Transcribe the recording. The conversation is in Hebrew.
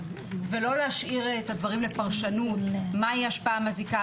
ולא להשאיר את הדברים לפרשנות מהי השפעה מזיקה,